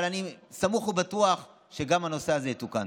אבל אני סמוך ובטוח שגם הנושא הזה יתוקן.